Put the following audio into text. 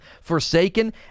Forsaken